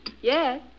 Yes